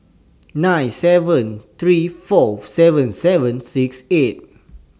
nine seven three four seven seven six eight